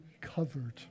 covered